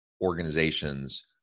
organizations